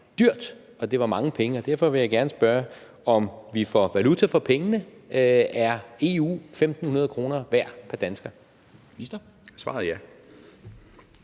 dyrt, at det var mange penge. Derfor vil jeg gerne spørge, om vi får valuta for pengene. Er EU 1.500 kr. værd pr. dansker?